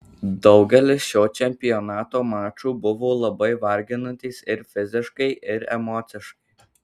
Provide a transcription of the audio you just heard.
daugelis šio čempionato mačų buvo labai varginantys ir fiziškai ir emociškai